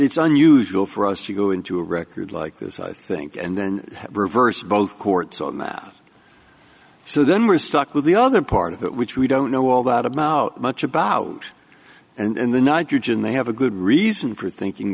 it's unusual for us to go into a record like this i think and then reverse both court so then we're stuck with the other part of it which we don't know all that i'm out much about and the nitrogen they have a good reason for thinking